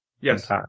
Yes